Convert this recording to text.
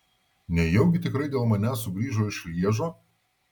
nejaugi tikrai dėl manęs sugrįžo iš lježo